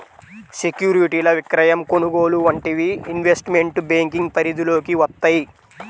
సెక్యూరిటీల విక్రయం, కొనుగోలు వంటివి ఇన్వెస్ట్మెంట్ బ్యేంకింగ్ పరిధిలోకి వత్తయ్యి